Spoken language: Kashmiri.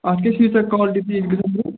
اَتھ کیٛاہ چھِ ییٖژاہ کالٹی تہٕ یہِ چھُ گَژھان درٛۅگ